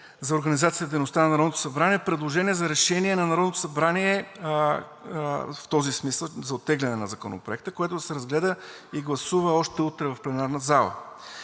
за организацията и дейността на Народното събрание предложение за решение на Народното събрание в този смисъл – за оттегляне на Законопроекта, което да се разгледа и гласува още утре в пленарната зала.